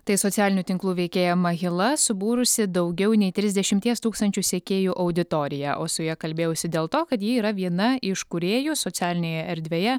tai socialinių tinklų veikėja mahila subūrusi daugiau nei trisdešimties tūkstančių sekėjų auditoriją o su ja kalbėjausi dėl to kad ji yra viena iš kūrėjų socialinėje erdvėje